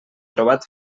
trobat